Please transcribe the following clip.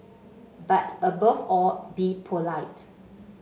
but above all be polite